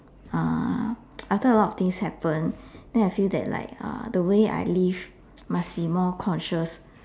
uh after a lot of things happen then I feel that like uh the way I live must be more conscious